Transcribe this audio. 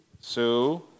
Sue